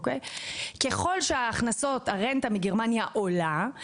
ככל שהרנטה מגרמניה עולה,